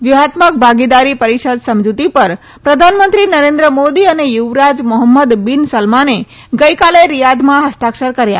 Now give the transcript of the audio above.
વ્યૂહાત્મક ભાગીદારી પરિષદ સમજૂતી પર પ્રધાનમંત્રી નરેન્દ્ર મોદી અને યુવરાજ મોહમ્મદ બિન સલમાને ગઈકાલે રિયાધમાં હસ્તાક્ષર કર્યા